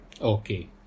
Okay